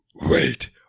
Wait